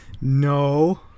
no